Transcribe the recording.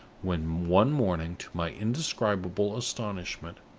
when, one morning, to my indescribable astonishment,